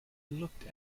looked